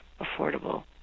affordable